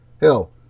Hell